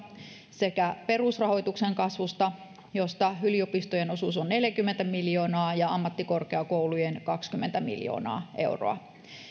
sekä perusrahoituksen kasvusta josta yliopistojen osuus on neljäkymmentä miljoonaa ja ammattikorkeakoulujen kaksikymmentä miljoonaa euroa